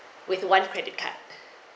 with one credit card